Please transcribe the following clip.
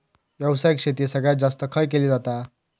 व्यावसायिक शेती सगळ्यात जास्त खय केली जाता?